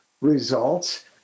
results